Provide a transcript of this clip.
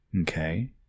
Okay